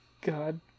God